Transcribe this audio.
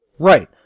Right